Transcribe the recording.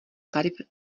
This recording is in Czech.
tarif